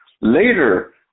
Later